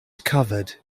covered